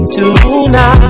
tonight